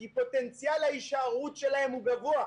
כי פוטנציאל ההישארות שלהם הוא גבוה.